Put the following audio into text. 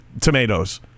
tomatoes